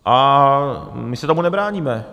A my se tomu nebráníme.